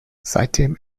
seitdem